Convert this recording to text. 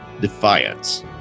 Defiance